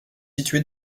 situé